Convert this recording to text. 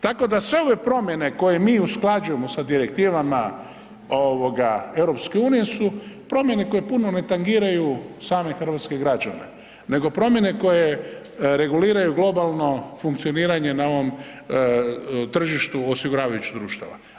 Tako da sve ove promjene koje mi usklađujemo sa direktivama EU su promjene koje puno ne tangiraju same hrvatske građane nego promjene koje reguliraju globalno funkcioniranje na ovom tržištu osiguravajućih društava.